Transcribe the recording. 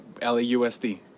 L-A-U-S-D